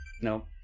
No